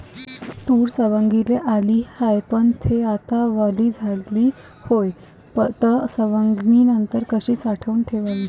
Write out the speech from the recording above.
तूर सवंगाले आली हाये, पन थे आता वली झाली हाये, त सवंगनीनंतर कशी साठवून ठेवाव?